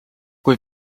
kui